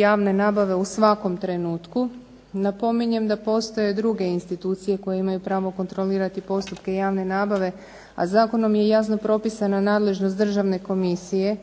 javne nabave u svakom trenutku, napominjem da postoje druge institucije koje imaju pravo kontrolirati postupke javne nabave, a zakonom je jasno propisana nadležnost Državne komisije